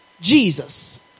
Jesus